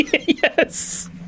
Yes